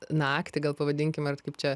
naktį gal pavadinkim ar kaip čia